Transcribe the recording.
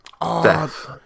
death